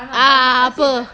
apa